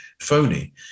phony